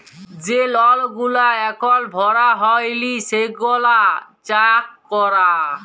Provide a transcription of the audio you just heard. যে লল গুলা এখল ভরা হ্যয় লি সেগলা চ্যাক করা